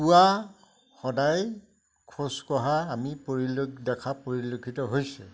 পুৱা সদায় খোজকঢ়া আমি পৰিল দেখা পৰিলক্ষিত হৈছে